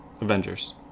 Avengers